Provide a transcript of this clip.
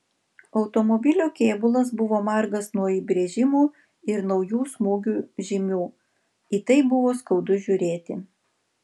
automobilio kėbulas buvo margas nuo įbrėžimų ir naujų smūgių žymių į tai buvo skaudu žiūrėti